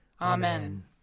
Amen